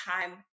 time